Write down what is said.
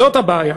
זאת הבעיה.